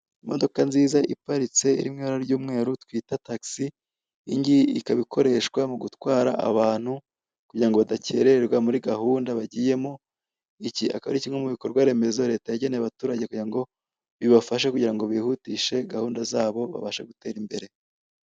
Imodoka nziza ioparitse iri mu ibara ry'umweru twita tagisi, iyi ngiyi ikaba ikoreshwa mu gutwara abantu kugira ngo badakererwa muri gahunda agiyemo, iki akaba ari kimwe mu bikorwa remezo leta yageneye abaturage ku ngo bibafashe kugira ngo bihutishe gahunda zabo, babashe gutera imbere.